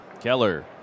Keller